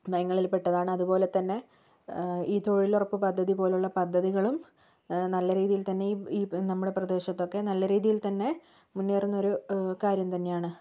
നയങ്ങളിൽപ്പെട്ടതാണ് അതുപോലെത്തന്നെ ഈ തൊഴിലുറപ്പ് പദ്ധതി പോലുള്ള പദ്ധതികളും നല്ല രീതിയിൽ തന്നെ ഈ നമ്മുടെ പ്രദേശത്തൊക്കെ നല്ല രീതിയിൽത്തന്നെ മുന്നേറുന്നൊരു കാര്യം തന്നെയാണ്